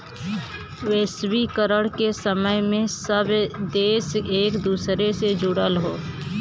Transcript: वैश्वीकरण के समय में सब देश एक दूसरे से जुड़ल हौ